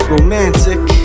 Romantic